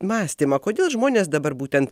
mąstymą kodėl žmonės dabar būtent